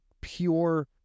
pure